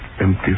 Empty